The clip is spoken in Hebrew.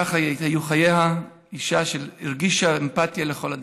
כך היו חייה, אישה שהרגישה אמפתיה לכל אדם.